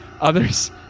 Others